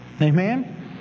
Amen